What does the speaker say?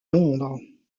londres